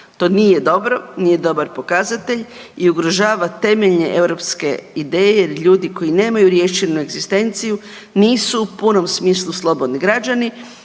To nije dobro, nije dobar pokazatelj i ugrožava temeljne europske ideje jer ljudi koji nemaju riješenu egzistenciju nisu u punom smislu slobodni građani